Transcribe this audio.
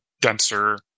denser